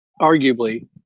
Arguably